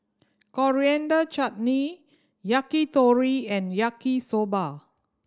Coriander Chutney Yakitori and Yaki Soba